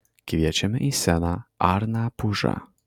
kviečiame į sceną arną pužą